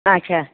اَچھا